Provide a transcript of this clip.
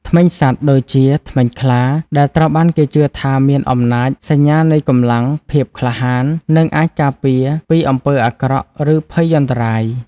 ធ្មេញសត្វ ដូចជា ធ្មេញខ្លា ដែលត្រូវបានគេជឿថាមានអំណាច សញ្ញានៃកម្លាំង ភាពក្លាហាន និងអាចការពារពីអំពើអាក្រក់ ឬភយន្តរាយ។